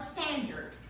standard